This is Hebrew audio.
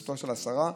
בראשותה של השרה,